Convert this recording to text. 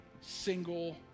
single